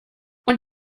und